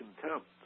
contempt